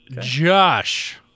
Josh